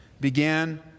began